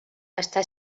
està